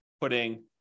putting